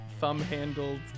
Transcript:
thumb-handled